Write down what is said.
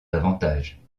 davantage